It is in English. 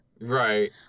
Right